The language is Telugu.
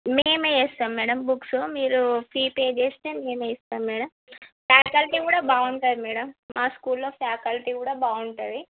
మేమె ఇస్తాము మేడం బుక్సు మీరు ఫీ పే చేస్తే మేమె ఇస్తాము మేడం ఫ్యాకల్టీ కూడా బాగుంటుంది మేడం మా స్కూల్లో ఫ్యాకల్టీ కూడా బాగుంటుంది